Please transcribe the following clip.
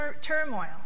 turmoil